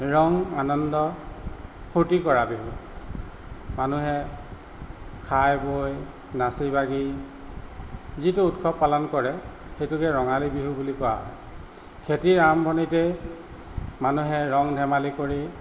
ৰং আনন্দ ফূৰ্তি কৰা বিহু মানুহে খাই বৈ নাচি বাগি যিটো উৎসৱ পালন কৰে সেইটোকে ৰঙালী বিহু বুলি কোৱা হয় খেতিৰ আৰম্ভণিতে মানুহে ৰং ধেমালি কৰি